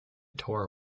tour